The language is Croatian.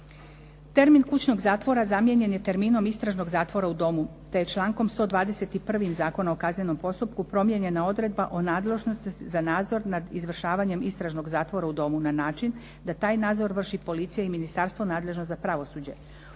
Termin kućnog zatvora zamijenjen je terminom istražnog zatvora u domu te je člankom 121. Zakona o kaznenom postupku promijenjena odredba o nadležnosti za nadzor nad izvršavanjem istražnog zatvora u domu na način da taj nadzor vrši policija i ministarstvo nadležno za pravosuđe.